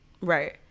Right